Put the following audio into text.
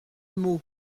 mot